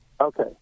Okay